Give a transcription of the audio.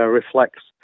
reflects